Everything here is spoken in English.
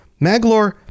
Maglor